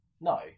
no